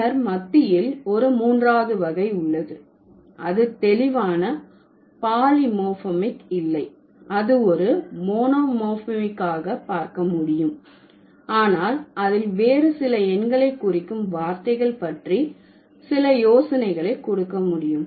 பின்னர் மத்தியில் ஒரு மூன்றாவது வகை உள்ளது அது தெளிவான பாலிமோர்பிமிக் இல்லை அதை ஒரு மோனோமோர்பமிக் ஆக பார்க்க முடியும் ஆனால் அதில் வேறு சில எண்களை குறிக்கும் வார்த்தைகள் பற்றி சில யோசனைகளை கொடுக்க முடியும்